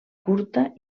curta